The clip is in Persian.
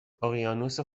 اقیانوس